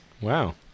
Wow